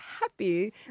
happy